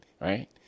right